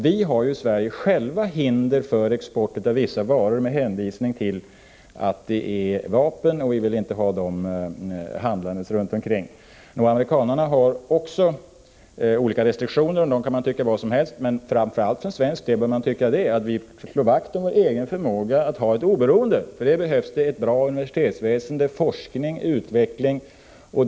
Vi har ju själva hinder för vår export av vissa vapen, med hänvisning till att vi inte vill sprida dessa runt omkring oss. Också amerikanarna har vissa restriktioner, och man kan tycka vad man vill om dem, men framför allt bör man från svensk sida slå vakt om sin förmåga att ha ett oberoende. För detta behövs ett bra universitetsväsende liksom forskning och utveckling.